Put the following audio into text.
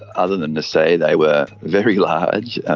other than to say they were very large,